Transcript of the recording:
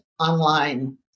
Online